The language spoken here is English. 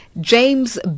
James